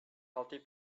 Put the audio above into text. healthy